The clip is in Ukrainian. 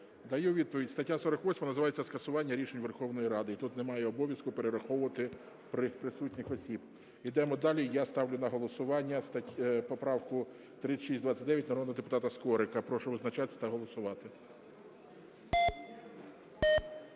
Даю відповідь. Стаття 48 називається "Скасування рішень Верховної Ради", і тут немає обов'язку перераховувати присутніх осіб. Йдемо далі. Я ставлю на голосування поправку 3629 народного депутата Скорика. Прошу визначатись та голосувати.